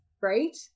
Right